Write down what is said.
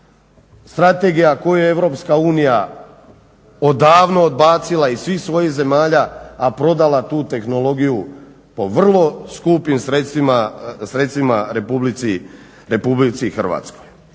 strategija koju je EU odavno odbacila iz svih svojih zemalja, a prodala tu tehnologiju po vrlo skupim sredstvima RH. Na samom